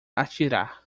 atirar